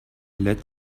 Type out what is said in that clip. let